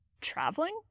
traveling